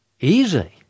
Easy